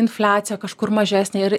infliacija kažkur mažesnė ir